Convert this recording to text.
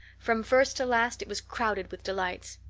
from first to last it was crowded with delights.